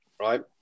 right